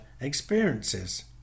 experiences